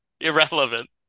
Irrelevant